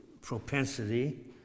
propensity